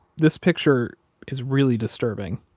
this picture is really disturbing.